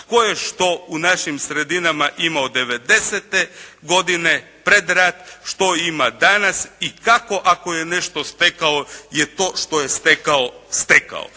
tko je što u našim sredinama imao devedesete godine pred rat, što ima danas i kako ako je nešto stekao je to što je stekao stekao.